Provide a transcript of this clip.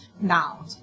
now